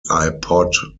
ipod